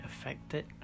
affected